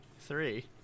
three